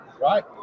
right